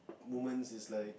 moments is like